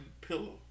pillow